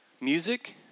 music